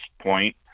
Point